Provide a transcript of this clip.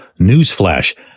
newsflash